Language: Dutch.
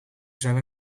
zijn